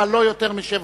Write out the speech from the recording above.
אבל לא יותר משבע,